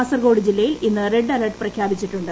കാസർകോട് ജില്ലയിൽ ഇന്ന് red alert പ്രഖ്യാപിച്ചിട്ടുണ്ട്